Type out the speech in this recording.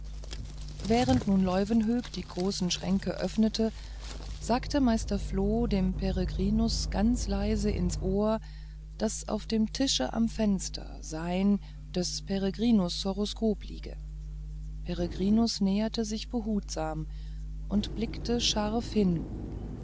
während nun leuwenhoek die großen schränke öffnete sagte meister floh dem peregrinus ganz leise ins ohr daß auf dem tische am fenster sein des peregrinus horoskop liege peregrinus näherte sich behutsam und blickte scharf hin